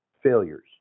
failures